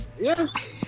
Yes